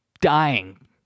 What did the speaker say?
dying